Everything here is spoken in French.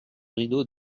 rideau